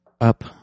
up